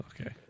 okay